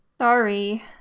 Sorry